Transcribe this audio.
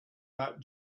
that